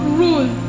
rule